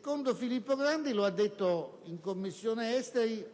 quanto Filippo Grandi ha riferito alla Commissione affari esteri,